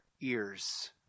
ears